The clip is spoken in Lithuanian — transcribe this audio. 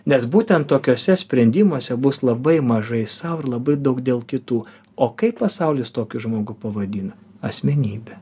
nes būtent tokiuose sprendimuose bus labai mažai sau ir labai daug dėl kitų o kaip pasaulis tokį žmogų pavadina asmenybe